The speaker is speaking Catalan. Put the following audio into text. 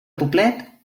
poblet